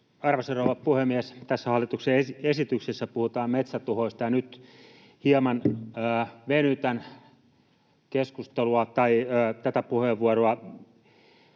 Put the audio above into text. rouva puhemies! Tässä hallituksen esityksessä puhutaan metsätuhoista, ja nyt hieman venytän tätä puheenvuoroa